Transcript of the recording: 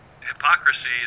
hypocrisy